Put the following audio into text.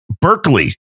berkeley